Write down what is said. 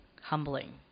humbling